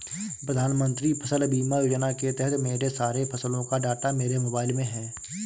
प्रधानमंत्री फसल बीमा योजना के तहत मेरे सारे फसलों का डाटा मेरे मोबाइल में है